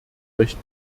recht